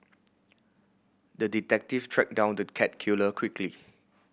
the detective tracked down the cat killer quickly